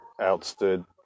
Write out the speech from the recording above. outstood